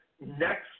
next